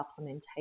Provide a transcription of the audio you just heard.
supplementation